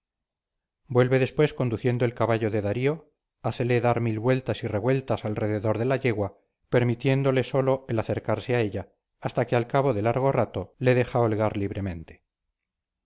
vuelve después conduciendo el caballo de darío hácele dar mil vueltas y revueltas alrededor de la yegua permitiéndole solo el acercarse a ella hasta que al cabo de largo rato le deja holgar libremente